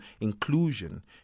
inclusion